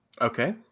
Okay